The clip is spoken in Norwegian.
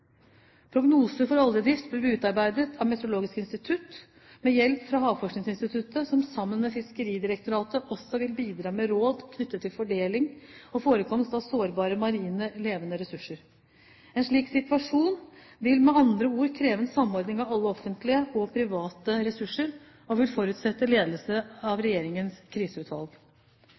Prognoser for oljedrift vil bli utarbeidet av Meteorologisk institutt med hjelp fra Havforskningsinstituttet, som sammen med Fiskeridirektoratet også vil bidra med råd knyttet til fordeling og forekomst av sårbare marine levende ressurser. En slik situasjon vil med andre ord kreve en samordning av alle offentlige og private ressurser og vil forutsette ledelse av regjeringens kriseutvalg.